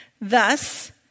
Thus